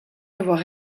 avoir